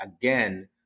again